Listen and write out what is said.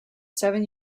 seven